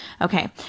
Okay